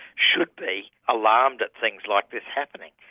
should be alarmed at things like this happening.